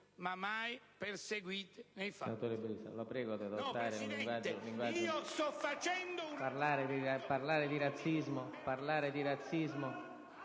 ma mai perseguite nei fatti.